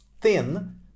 thin